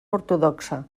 ortodoxa